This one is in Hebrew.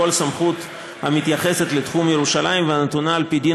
כל סמכות המתייחסת לתחום ירושלים והנתונה על פי דין